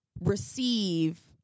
receive